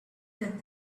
that